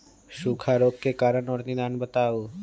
सूखा रोग के कारण और निदान बताऊ?